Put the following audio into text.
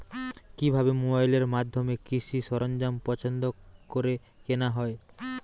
কিভাবে মোবাইলের মাধ্যমে কৃষি সরঞ্জাম পছন্দ করে কেনা হয়?